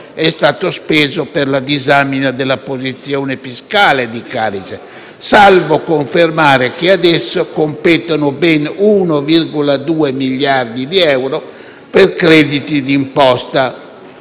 è stato speso per la disamina della posizione fiscale di Carige, salvo confermare che a essa competono ben 1,2 miliardi di euro per crediti d'imposta.